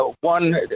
one